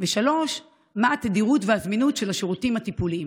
3. מה התדירות והזמינות של השירותים הטיפוליים?